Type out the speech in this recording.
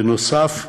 בנוסף,